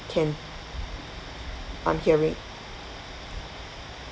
can I'm hearing